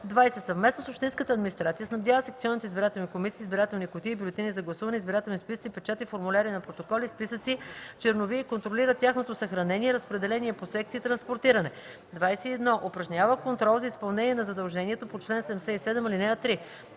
20. съвместно с общинската администрация снабдява секционните избирателни комисии с избирателни кутии, бюлетини за гласуване, избирателни списъци, печати, формуляри на протоколи, списъци, чернови и контролира тяхното съхранение, разпределение по секции и транспортиране; 21. упражнява контрол за изпълнение на задължението по чл. 77, ал. 3;